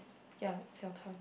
ya it's your turn